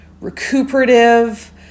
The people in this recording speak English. recuperative